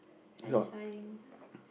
satisfying